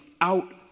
out